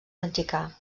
mexicà